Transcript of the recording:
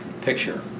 picture